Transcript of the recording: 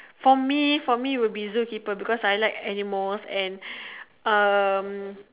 for me for me would be zookeeper because I like animals and um